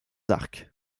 arcs